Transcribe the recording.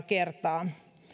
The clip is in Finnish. kertaa